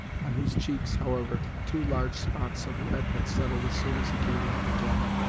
on whose cheeks, however, two large spots of red had settled as soon as he came into the cabin.